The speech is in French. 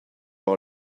par